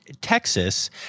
Texas